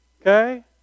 Okay